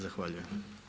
Zahvaljujem.